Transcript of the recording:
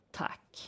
tack